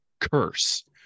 curse